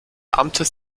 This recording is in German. amtes